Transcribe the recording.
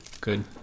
Good